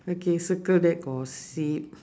okay circle that for six